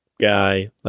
guy